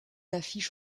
affiche